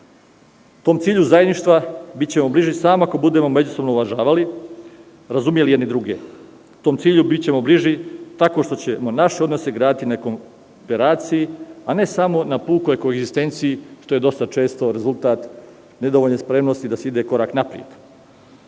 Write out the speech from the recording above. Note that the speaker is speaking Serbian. Tom cilju zajedništva bićemo bliži samo ako budemo međusobno uvažavali i razumeli jedni druge. Tom cilju bićemo bliži tako što ćemo naše odnose graditi na komperaciji, a ne samo na pukoj konsistenciji. To je dosta često rezultat nedovoljne spremnosti da se ide korak napred.U